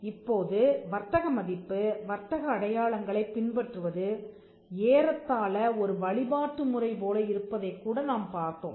இப்போது வர்த்தக மதிப்பு வர்த்தக அடையாளங்களைப் பின்பற்றுவது ஏறத்தாழ ஒரு வழிபாட்டுமுறை போல இருப்பதைக் கூட நாம் பார்த்தோம்